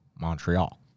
Montreal